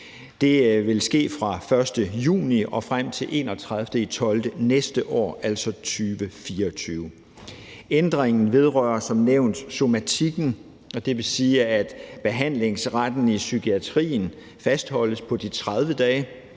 Det vil ske fra 1. juni og frem til 31. december næste år, altså 2024. Ændringen vedrører som nævnt somatikken, og det vil sige, at behandlingsretten i psykiatrien fastholdes på de 30 dage.